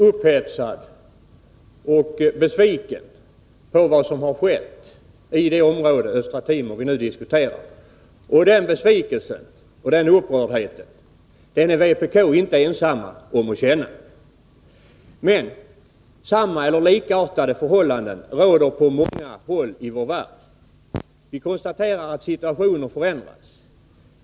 Herr talman! Man kan vara upphetsad över och besviken på vad som har skett i det område vi nu diskuterar. Den besvikelsen och den upprördheten är nii vpk inte ensamma om att känna. Men samma eller likartade förhållanden råder på många håll i vår värld. Vi konstaterar att situationen på Östra Timor förändrats.